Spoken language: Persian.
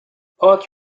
پاک